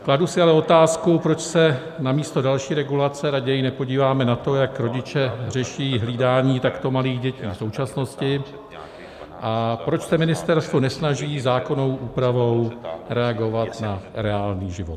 Kladu si ale otázku, proč se namísto další regulace raději nepodíváme na to, jak rodiče řeší hlídání takto malých dětí v současnosti, a proč se ministerstvo nesnaží zákonnou úpravou reagovat na reálný život.